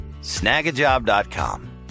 Snagajob.com